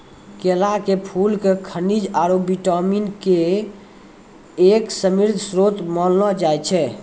केला के फूल क खनिज आरो विटामिन के एक समृद्ध श्रोत मानलो जाय छै